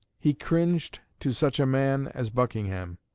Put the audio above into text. he cringed to such a man as buckingham.